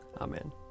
Amen